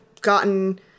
gotten